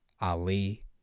Ali